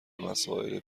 مسائل